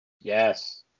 yes